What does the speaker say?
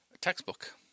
textbook